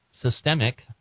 systemic